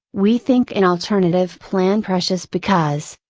we think an alternative plan precious because,